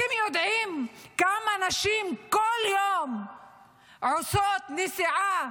אתם יודעים כמה נשים כל יום עושות נסיעה